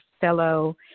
fellow